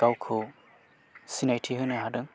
गावखौ सिनायथि होनो हादों